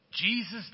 Jesus